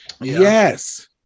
Yes